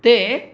ते